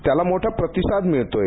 त्याला मोठा प्रतिसाद मिळतोय